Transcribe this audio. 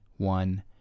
one